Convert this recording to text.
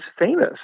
famous